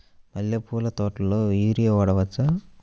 మల్లె పూల తోటలో యూరియా వాడవచ్చా?